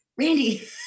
Randy